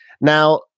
Now